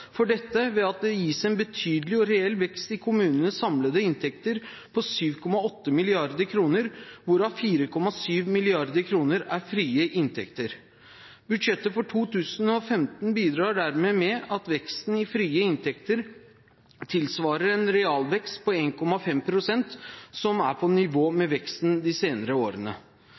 for dette ved at det gis en betydelig og reell vekst i kommunenes samlede inntekter på 7,8 mrd. kr, hvorav 4,7 mrd. kr er frie inntekter. Budsjettet for 2015 bidrar dermed til at veksten i frie inntekter tilsvarer en realvekst på 1,5 pst., som er på nivå med veksten de senere årene.